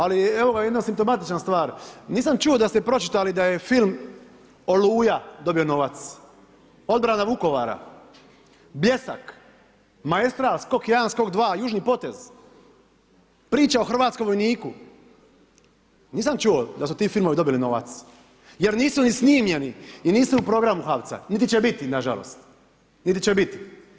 Ali evo jedna simptomatična stvar, nisam čuo da ste pročitali da je film Oluja dobio novac, odbrana Vukovara, Bljesak, Maestral, skok 1, skok 2, južni potez, priča o hrvatskom vojniku nisam čuo da su ti filmovi dobili novac jer nisu ni snimljeni i nisu u programu HAVC-a niti će biti nažalost, niti će biti.